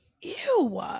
ew